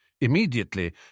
Immediately